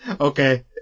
Okay